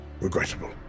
Regrettable